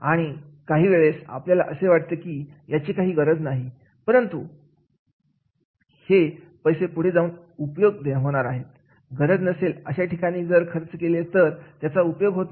आणि काही वेळेस आपल्याला असे वाटेल की याची काही गरज नाही नाही परंतु हे पैसे पुढे जाऊन उपयोग होणार आहे गरज नसेल अशा ठिकाणी जर पैसे खर्च केले तर त्याचा उपयोग होत नाही